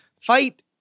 fight